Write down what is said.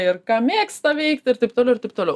ir ką mėgsta veikti ir taip toliau ir taip toliau